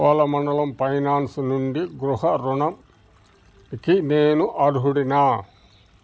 Cholamandalam finance నుండి గృహ రుణంకి నేను అర్హుడినా